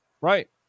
Right